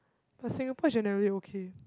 but Singapore generally okay